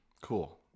Cool